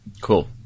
Cool